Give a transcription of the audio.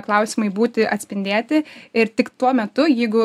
klausimai būti atspindėti ir tik tuo metu jeigu